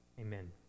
amen